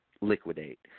liquidate